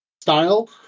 style